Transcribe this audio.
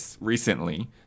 recently